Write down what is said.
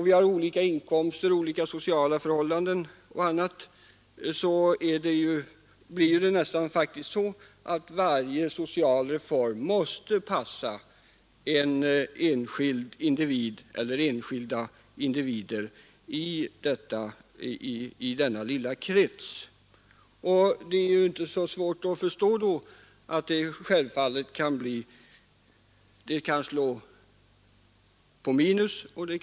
Vi har olika inkomster och olika sociala förhållanden och annat, och varje social reform måste passa de enskilda individerna i denna lilla krets. Det är då inte så svårt att förstå att resultatet självfallet kan slå på både minus och plus.